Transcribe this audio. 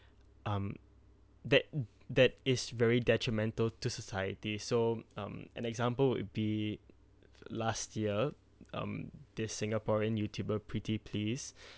um that that is very detrimental to society so um an example would be last year um this singaporean youtuber pretty please